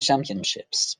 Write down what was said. championships